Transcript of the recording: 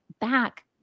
back